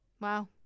wow